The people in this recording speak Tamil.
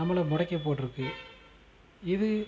நம்மளை முடக்கி போட்டிருக்கு இது